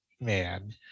man